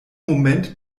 moment